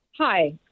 Hi